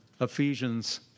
Ephesians